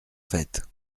faites